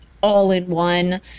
all-in-one